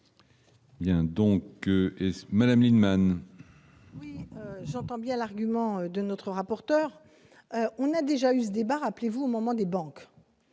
Madame Lienemann. J'entends bien l'argument de notre rapporteur, on a déjà eu ce débat, rappelez-vous, au moment des banques